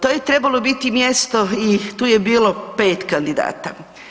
To je trebalo biti mjesto i tu je bilo 5 kandidata.